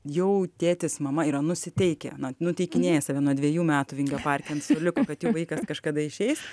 jau tėtis mama yra nusiteikę na nuteikinėja save nuo dvejų metų vingio parke ant suoliuko kad jau vaikas kažkada išeis